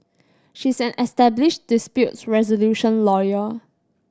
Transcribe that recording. she's an established disputes resolution lawyer